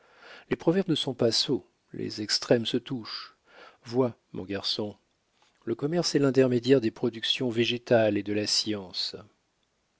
les proverbes ne sont pas sots les extrêmes se touchent vois mon garçon le commerce est l'intermédiaire des productions végétales et de la science